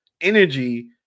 energy